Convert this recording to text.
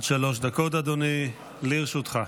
עד שלוש דקות, אדוני, לרשותך.